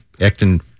acting